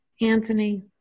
Anthony